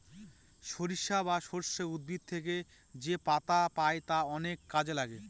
সরিষা বা সর্ষে উদ্ভিদ থেকে যেপাতা পাই তা অনেক কাজে লাগে